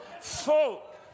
folk